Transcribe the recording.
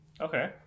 Okay